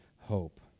hope